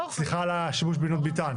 סליחה על השימוש ביינות ביתן.